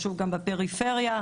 גם בפריפריה.